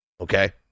Okay